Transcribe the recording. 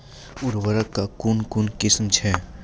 उर्वरक कऽ कून कून किस्म छै?